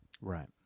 Right